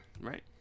right